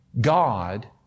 God